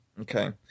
Okay